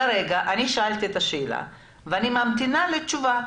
כרגע אני שאלתי את השאלה ואני ממתינה לתשובה.